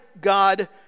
God